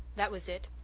that was it.